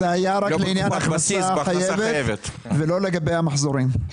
זה היה רק לעניין הכנסה חייבת ולא לגבי המחזורים.